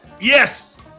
Yes